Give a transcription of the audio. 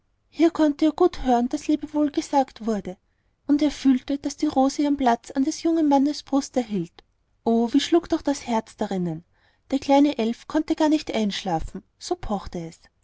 hier konnte er gut hören daß lebewohl gesagt wurde und er fühlte daß die rose ihren platz an des jungen mannes brust erhielt o wie schlug doch das herz darinnen der kleine elf konnte gar nicht einschlafen so pochte es